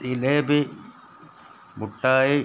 ജിലേബി മിഠായി